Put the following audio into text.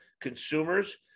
consumers